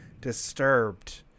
Disturbed